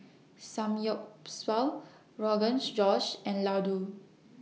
Samgyeopsal Rogan Josh and Ladoo